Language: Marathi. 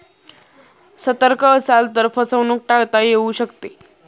सतर्क असाल तर फसवणूक टाळता येऊ शकते